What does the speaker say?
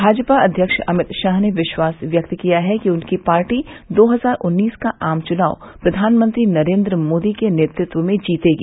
भाजपा अध्यक्ष अभित शाह ने विश्वास व्यक्त किया है कि उनकी पार्टी दो हजार उन्नीस का आम चुनाव प्रधानमंत्री नरेन्द्र मोदी के नेतृत्व में जीतेगी